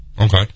Okay